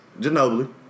Ginobili